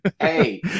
hey